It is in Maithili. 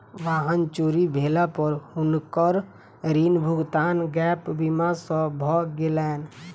वाहन चोरी भेला पर हुनकर ऋण भुगतान गैप बीमा सॅ भ गेलैन